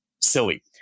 silly